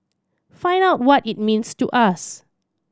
find out what it means to us